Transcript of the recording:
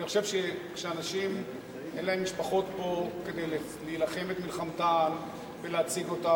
אני חושב שאנשים שאין להם משפחות פה כדי להילחם את מלחמתם ולהציג אותה,